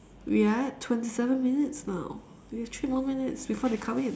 we're at twenty seven minutes now we have three more minutes before they come in